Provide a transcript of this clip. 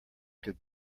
could